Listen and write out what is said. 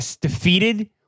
defeated